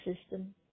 system